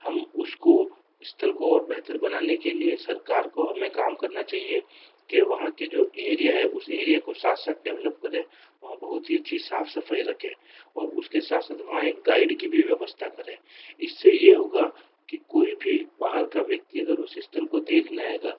हम उसको स्थल को और बेहतर बनाने के लिए सरकार को हमें काम करना चाहिए के वहाँ की जो एरिया है उस एरिया को साथ साथ डेवलोप करे वहाँ बहुत ही अच्छी साफ़ सफ़ाई रखें और उसके साथ साथ वहाँ एक गाइड की भी व्यवस्था करे इससे ये होगा की कोई भी बाहर का व्यक्ति उस स्थल को देखने आयेगा